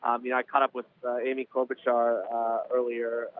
um you know i caught up with amy klobuchar earlier.